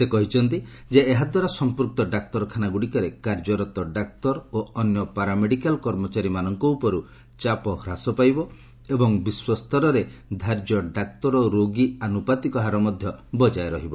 ସେ କହିଛନ୍ତି ଯେ ଏହା ଦ୍ୱାରା ସଂପୃକ୍ତ ଡାକ୍ତରଖାନାଗୁଡ଼ିକରେ କାର୍ଯ୍ୟରତ ଡାକ୍ତର ଓ ଅନ୍ୟ ପାରାମେଡ଼ିକାଲ କର୍ମଚାରୀମାନଙ୍କ ଉପରୁ ଚାପ ହ୍ରାସ ପାଇବ ଏବଂ ବିଶ୍ୱସ୍ତରରେ ଧାର୍ଯ୍ୟ ଡାକ୍ତର ଓ ରୋଗୀ ଆନୁପାତିକ ହାର ମଧ୍ୟ ବଜାୟ ରହିବ